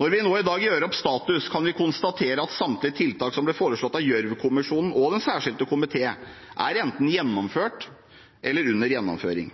Når vi nå i dag gjør opp status, kan vi konstatere at samtlige tiltak som ble foreslått av Gjørv-kommisjonen og Den særskilte komité, enten er gjennomført eller under gjennomføring.